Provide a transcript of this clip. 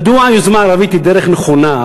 מדוע היוזמה הערבית היא דרך נכונה?